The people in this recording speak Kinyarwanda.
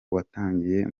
watangiye